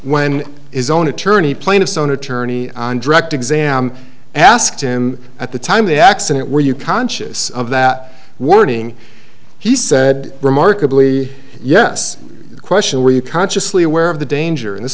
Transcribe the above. when his own attorney plaintiff's own attorney on direct exam asked him at the time the accident were you conscious of that warning he said remarkably yes question were you consciously aware of the danger in this